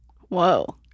Whoa